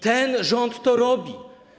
Ten rząd to robi.